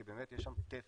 כי באמת יש שם תפר.